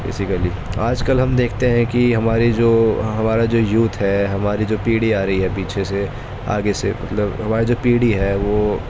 basically آج کل ہم دیکھتے ہیں کہ ہمارے جو ہمارا جو یوتھ ہے ہماری جو پیڑھی آ رہی ہے پیچھے سے آگے سے مطلب ہماری جو پیڑھی ہے وہ